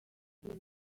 here